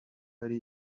ari